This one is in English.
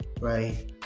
right